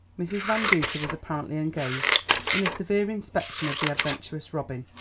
mrs. van duser was apparently engaged in a severe inspection of the adventurous robin.